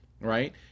right